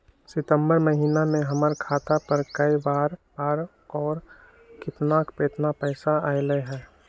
सितम्बर महीना में हमर खाता पर कय बार बार और केतना केतना पैसा अयलक ह?